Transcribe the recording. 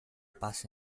paz